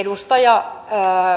edustaja